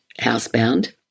housebound